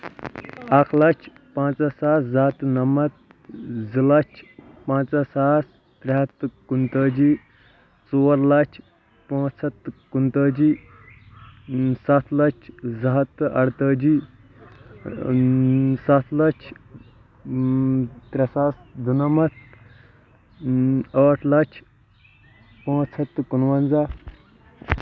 اَکھ لچھ پنٛژاہ ساس زٕ ہَتھ تہٕ نَمتھ زٕ لچھ پَنٛژاہ ساس ترٛے ہَتھ تہٕ کُنہٕ تٲجی ژور لَچھ پانٛژھ ہَتھ تہٕ کُنہٕ تٲجی سَتھ لچھ زٕ ہَتھ تہٕ اَرٕتٲجی سَتھ لچھ ترٛے ساس دُنَمَتھ ٲٹھ لچھ پانٛژھ ہَتھ تہٕ کُنہٕ وَنزاہ